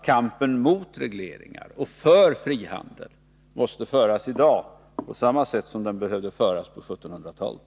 Kampen mot regleringar och för frihandel måste föras i dag på samma sätt som den behövde föras på 1700-talet.